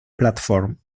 platform